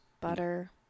butter